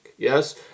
yes